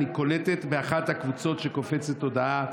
אני קולטת באחת הקבוצות שקופצת הודעה,